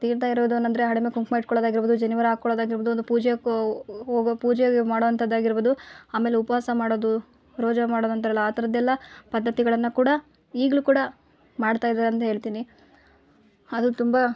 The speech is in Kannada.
ತೀರ್ಥ ಎರೆಯುವುದು ಅನಂದ್ರೆ ಹಣೆ ಮೇಲೆ ಕುಂಕುಮ ಇಟ್ಕೊಳ್ಳೋದು ಆಗಿರ್ಬೋದು ಜನಿವಾರ ಹಾಕೊಳ್ಳೋದು ಆಗಿರ್ಬೋದು ಒಂದು ಪೂಜೆ ಕೋ ಹೋಗೋ ಪೂಜೆ ಮಾಡುವಂಥದ್ದು ಆಗಿರ್ಬೋದು ಆಮೇಲೆ ಉಪವಾಸ ಮಾಡೋದು ರೋಜ ಮಾಡೋದು ಅಂತಾರಲ್ಲ ಆ ಥರದ್ದೆಲ್ಲ ಪದ್ಧತಿಗಳನ್ನ ಕೂಡ ಈಗಲೂ ಕೂಡ ಮಾಡ್ತಾ ಇದ್ದಾರೆ ಅಂತ ಹೇಳ್ತೀನಿ ಅದು ತುಂಬ